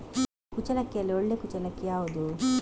ಕುಚ್ಚಲಕ್ಕಿಯಲ್ಲಿ ಒಳ್ಳೆ ಕುಚ್ಚಲಕ್ಕಿ ಯಾವುದು?